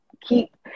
keep